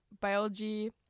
biology